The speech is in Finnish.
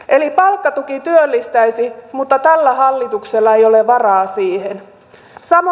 eli palkkatuki työllistäisi mutta tällä hallituksella ei ole varaa siihen